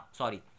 sorry